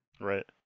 right